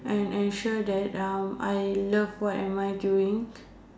and ensure that I love what am I doing